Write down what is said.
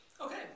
Okay